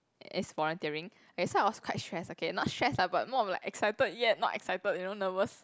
is volunteering okay so I was quite stressed okay not stressed lah but more of like excited yet not excited you know nervous